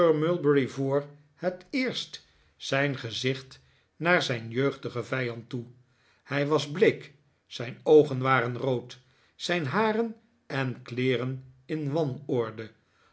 mulberry voor het eerst zijn gezicht naar zijn jeugdigen vijand toe hij was bleek zijn oogen waren rood zijn haren en kleeren in